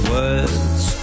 Words